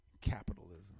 capitalism